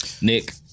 Nick